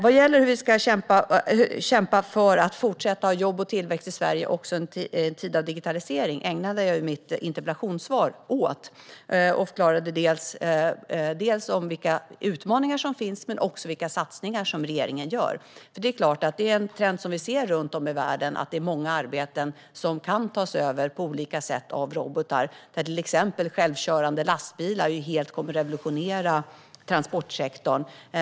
Frågan om hur vi ska kämpa för jobb och tillväxt i Sverige i fortsättningen, också i en tid av digitalisering, ägnade jag ju mitt interpellationssvar åt. Jag förklarade dels vilka utmaningar som finns, dels vilka satsningar regeringen gör. Runt om i världen ser vi en trend: Många arbeten kan på olika sätt tas över av robotar. Självkörande lastbilar kommer till exempel helt att revolutionera transportsektorn.